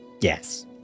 Yes